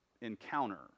encounter